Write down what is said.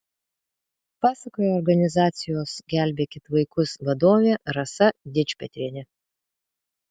pasakoja organizacijos gelbėkit vaikus vadovė rasa dičpetrienė